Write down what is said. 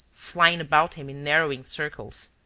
flying about him in narrowing circles.